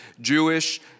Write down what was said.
Jewish